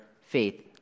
faith